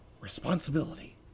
responsibility